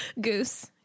goose